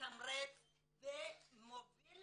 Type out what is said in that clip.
מתמרץ ומוביל